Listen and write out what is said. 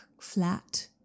Flat